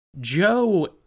Joe